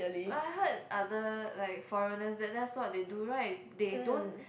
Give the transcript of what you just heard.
but I heard other like foreigners then that's what they do right they don't